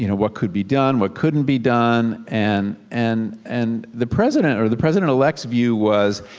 you know what could be done, what couldn't be done and and and the president, or the president elect's view was